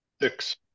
Six